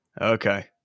Okay